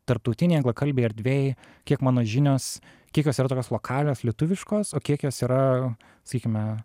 tarptautinėj anglakalbėj erdvėj kiek mano žinios kiek jos yra tokios lokalios lietuviškos o kiek jos yra sakykime